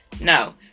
no